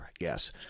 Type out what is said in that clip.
Yes